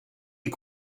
est